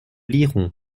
lirons